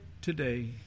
today